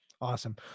Awesome